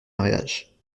mariages